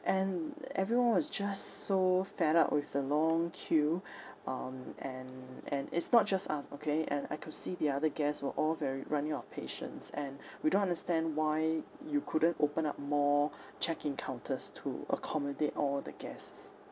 and everyone was just so fed up with the long queue um and and it's not just us okay and I could see the other guests were all very running out of patience and we don't understand why you couldn't open up more check in counters to accommodate all the guests